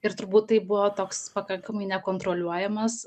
ir turbūt tai buvo toks pakankamai nekontroliuojamas